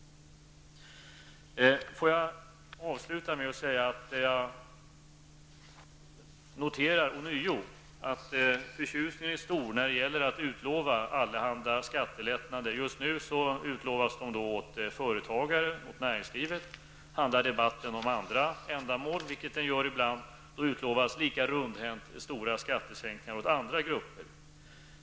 Jag vill avslutningsvis säga att jag ånyo noterar att förtjusningen är stor när det gäller att utlova allehanda skattelättnader. Just nu utlovas de åt näringslivet. Handlar debatten om andra ändamål, vilket den gör ibland, utlovas lika rundhänt stora skattesänkningar åt andra grupper.